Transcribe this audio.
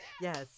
Yes